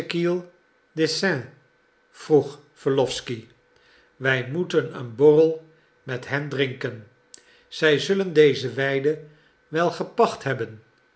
vroeg wesslowsky wij moeten een borrel met hen drinken zij zullen deze weide wel gepacht hebben